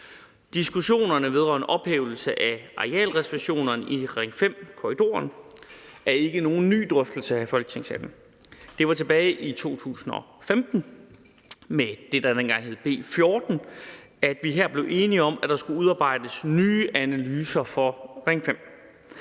Diskussionerne vedrørende ophævelse af arealreservationerne i Ring 5-transportkorridoren er ikke nogen ny drøftelse her i Folketingssalen. Det var tilbage i 2015 med det, der dengang hed B 14, at vi her blev enige om, at der skulle udarbejdes nye analyser for Ring 5.